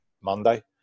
Monday